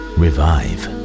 revive